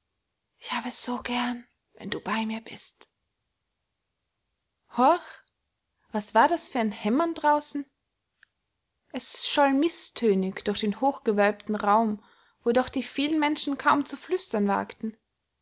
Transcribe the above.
ich hab es so gern wenn du bei mir bist horch was war das für ein hämmern draußen es scholl mißtönig durch den hochgewölbten raum wo doch die vielen menschen kaum zu flüstern wagten